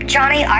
Johnny